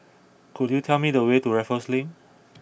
could you tell me the way to Raffles Link